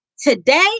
Today